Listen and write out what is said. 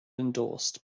endorsed